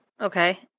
Okay